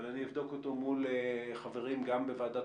אבל אני אבדוק אותו מול חברים גם בוועדת